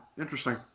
Interesting